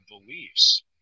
beliefs